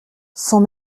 sans